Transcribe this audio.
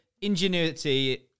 ingenuity